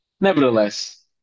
nevertheless